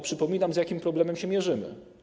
Przypominam, z jakim problemem się mierzymy.